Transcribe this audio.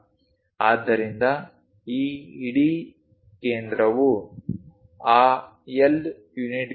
ಆದ್ದರಿಂದ ಈ ಇಡೀ ಕೇಂದ್ರವು ಆ L ಯೂನಿಟ್ಗಳಲ್ಲಿದೆ